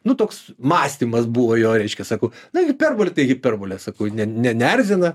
nu toks mąstymas buvo jo reiškia sakau na hiperbolė tai hiperbolė sakau ne ne neerzina